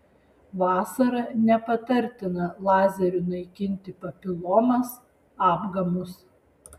vasarą nepatartina lazeriu naikinti papilomas apgamus